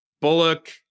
Bullock